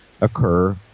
occur